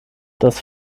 das